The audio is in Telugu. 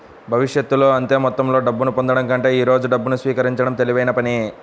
భవిష్యత్తులో అంతే మొత్తంలో డబ్బును పొందడం కంటే ఈ రోజు డబ్బును స్వీకరించడం తెలివైన పని